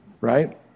right